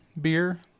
beer